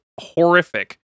Horrific